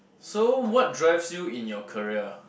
so what drives you in your career